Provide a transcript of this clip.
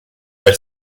der